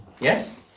Yes